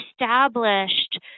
established